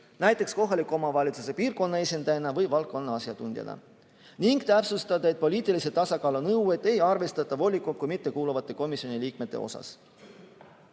näiteks kohaliku omavalitsuse piirkonna esindajana või valdkonna asjatundjana, ning täpsustada, et poliitilise tasakaalu nõuet ei arvestata volikokku mittekuuluvate komisjoni liikmete puhul.